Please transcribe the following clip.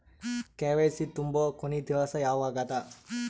KYC ತುಂಬೊ ಕೊನಿ ದಿವಸ ಯಾವಗದ?